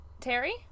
Terry